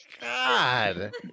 God